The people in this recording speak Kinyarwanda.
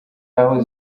aho